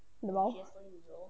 lmao